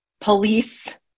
police